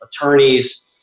attorneys